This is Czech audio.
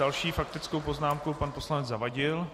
S další faktickou poznámkou pan poslanec Zavadil.